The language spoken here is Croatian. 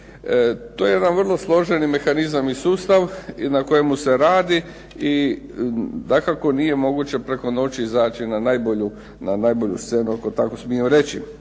To je jedan vrlo složen mehanizam i sustav na kojemu se radi i dakako nije moguće preko noći izaći na najbolju scenu ako tako smijem reći.